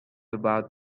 about